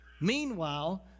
Meanwhile